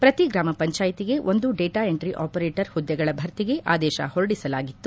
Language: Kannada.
ಪ್ರತಿ ಗ್ರಾಮ ಪಂಚಾಯಿತಿಗೆ ಒಂದು ಡೇಟಾ ಎಂಟ್ರಿ ಆಪರೇಟರ್ ಹುದ್ದೆಗಳ ಭರ್ತಿಗೆ ಆದೇಶ ಹೊರಡಿಸಲಾಗಿತ್ತು